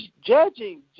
Judging